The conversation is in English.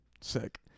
Sick